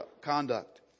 conduct